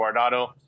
Guardado